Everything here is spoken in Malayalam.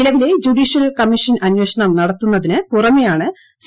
നിലവിലെ ജുഡീഷ്യൽ കമ്മീഷൻ അന്വേഷണം നടക്കുന്നതിനു പുറമേയാണ് സി